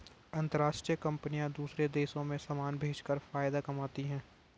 अंतरराष्ट्रीय कंपनियां दूसरे देशों में समान भेजकर फायदा कमाती हैं